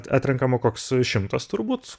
atrenkama koks šimtas turbūt